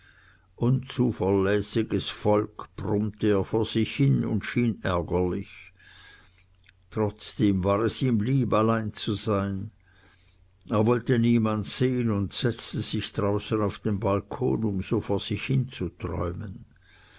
unzuverlässiges volk brummte er vor sich hin und schien ärgerlich trotzdem war es ihm lieb allein zu sein er wollte niemand sehn und setzte sich draußen auf den balkon um so vor sich hin zu träumen